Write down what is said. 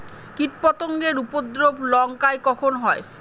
কীটপতেঙ্গর উপদ্রব লঙ্কায় কখন হয়?